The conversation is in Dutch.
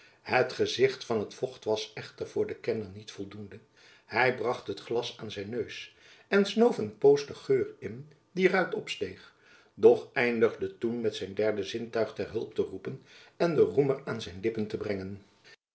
het gezicht van het vocht was echter voor den kenner niet voldoende hy bracht het glas aan zijn neus en snoof een poos den geur in die er uit opsteeg doch eindigde toen met zijn derde zintuig ter hulp te roepen en den roemer aan zijn lippen te brengen